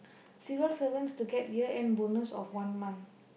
civil servants to get year end bonus of one month